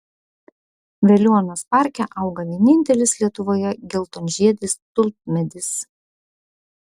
veliuonos parke auga vienintelis lietuvoje geltonžiedis tulpmedis